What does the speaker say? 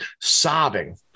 sobbing